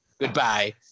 goodbye